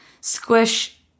Squish